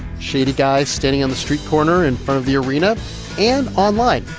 shady guy standing on the street corner in front of the arena and online,